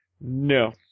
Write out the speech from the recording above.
No